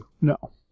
No